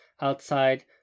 outside